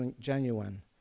genuine